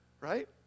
Right